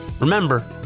Remember